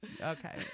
okay